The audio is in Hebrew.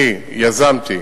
אני יזמתי